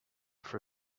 for